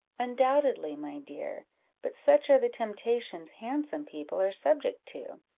undoubtedly, my dear but such are the temptations handsome people are subject to,